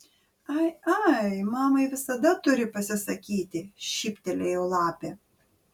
ai ai mamai visada turi pasisakyti šyptelėjo lapė